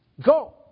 Go